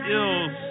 ills